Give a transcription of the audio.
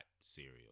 cereal